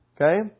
okay